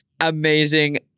Amazing